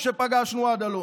למרבה הזוועה,